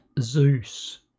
Zeus